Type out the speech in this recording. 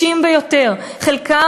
לגבי חלקם,